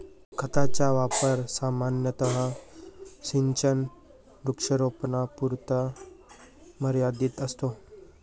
खताचा वापर सामान्यतः सिंचित वृक्षारोपणापुरता मर्यादित असतो